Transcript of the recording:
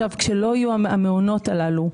כשלא יהיו המעונות הללו,